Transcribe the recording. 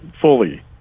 fully